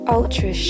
Ultra